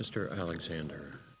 mr alexander